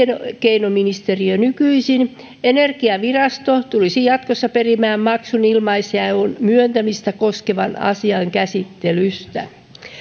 elinkeinoministeriö nykyisin energiavirasto tulisi jatkossa perimään maksun ilmaisjaon myöntämistä koskevan asian käsittelystä